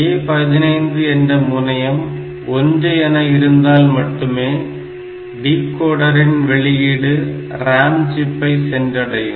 A15 என்ற முனையம் 1 என இருந்தால் மட்டுமே டிகோடரின் வெளியீடு RAM சிப்பை சென்றடையும்